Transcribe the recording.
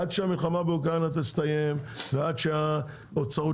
עד שהמלחמה באוקראינה תסתיים ועד שהוצאות